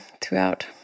throughout